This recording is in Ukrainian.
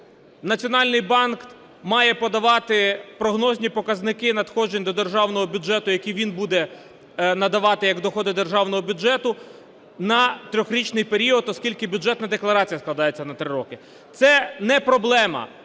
Національний банк має подавати прогнозні показники надходжень до державного бюджету, які він буде надавати як доходи державного бюджету на трьохрічний період. Оскільки бюджетна декларація складається на три роки. Це не проблема,